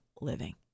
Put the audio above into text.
living